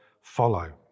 follow